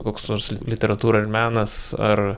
koks nors literatūra ir menas ar